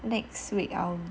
next week